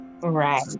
Right